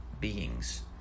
beings